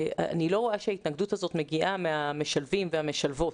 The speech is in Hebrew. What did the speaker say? אני לא רואה שההתנגדות הזאת מגיעה מהמשלבים והמשלבות,